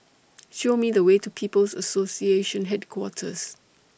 Show Me The Way to People's Association Headquarters